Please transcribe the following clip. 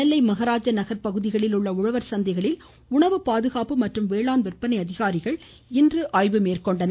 நெல்லை மகாராஜ நகர் பகுதிகளில் உள்ள உழவர் சந்தைகளில் உணவு பாதுகாப்பு மற்றும் வேளாண் விற்பனை அதிகாரிகள் இன்று ஆய்வு மேற்கொண்டனர்